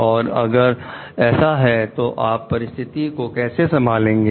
और अगर ऐसा है तो आप परिस्थिति को कैसे संभालेंगे